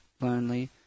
lonely